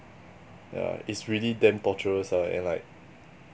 yeah it's really damn torturous lah and like